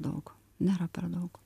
daug nėra per daug